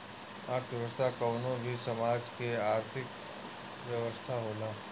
अर्थव्यवस्था कवनो भी समाज के आर्थिक व्यवस्था होला